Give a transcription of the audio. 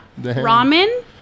Ramen